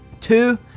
two